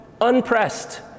unpressed